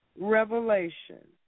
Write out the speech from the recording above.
revelation